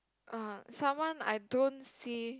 um someone I don't see